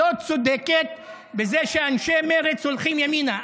לא צודקת בזה שאנשי מרצ הולכים ימינה.